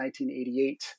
1988